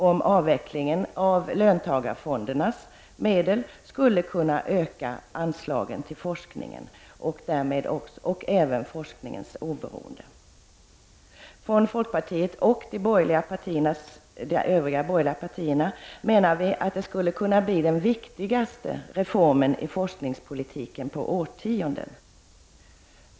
En avveckling av löntagarfonderna och frigörande av medlen skulle kunna öka anslagen till forskning och därmed bidra till forskningens oberoende. Folkpartiet och de övriga borgerliga partierna menar att det skulle kunna bli den viktigaste reformen i forskningspolitiken på årtionden.